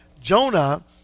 Jonah